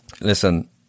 Listen